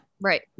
Right